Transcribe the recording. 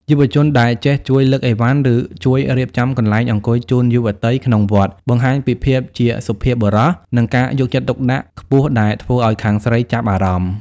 យុវជនដែលចេះជួយលើកអីវ៉ាន់ ឬជួយរៀបចំកន្លែងអង្គុយជូនយុវតីក្នុងវត្ត បង្ហាញពីភាពជាសុភាពបុរស និងការយកចិត្តទុកដាក់ខ្ពស់ដែលធ្វើឱ្យខាងស្រីចាប់អារម្មណ៍។